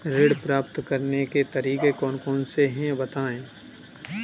ऋण प्राप्त करने के तरीके कौन कौन से हैं बताएँ?